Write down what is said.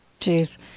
Jeez